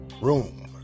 room